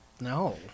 No